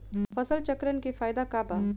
फसल चक्रण के फायदा का बा?